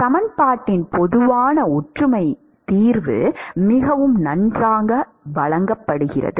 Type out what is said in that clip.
சமன்பாட்டின் பொதுவான ஒற்றுமை தீர்வு மிகவும் நன்றாக வழங்கப்படுகிறது